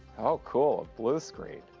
oh cool, a blue screen.